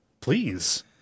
please